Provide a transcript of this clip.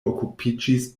okupiĝis